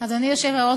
אדוני היושב-ראש,